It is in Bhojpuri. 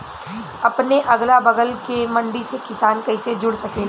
अपने अगला बगल के मंडी से किसान कइसे जुड़ सकेला?